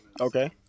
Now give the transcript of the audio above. Okay